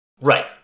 Right